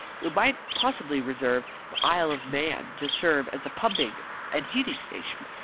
we might possibly reserve the isle of man to serve as a pumping and heating station.